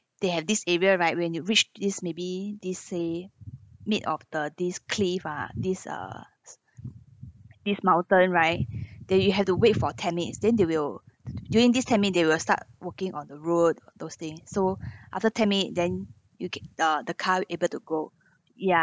they have this area right when you reach this maybe this say mid of the these cliff ah this uh this mountain right then you had to wait for ten minutes then they will during this ten minute they will start working on the road those thing so after ten minute then you get uh the car able to go ya